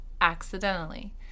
Accidentally